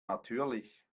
natürlich